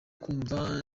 kumva